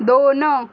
दोन